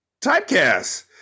typecast